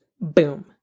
boom